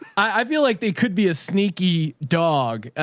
i feel like they could be a sneaky dog,